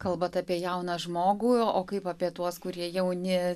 kalbat apie jauną žmogų o kaip apie tuos kurie jauni